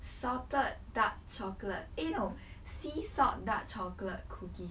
salted dark chocolate eh no sea salt dark chocolate cookie